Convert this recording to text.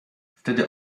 wtedy